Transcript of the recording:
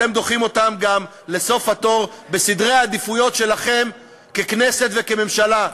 אתם דוחים אותם לסוף התור גם בסדרי העדיפויות שלכם ככנסת וכממשלה.